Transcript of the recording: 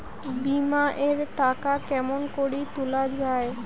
বিমা এর টাকা কেমন করি তুলা য়ায়?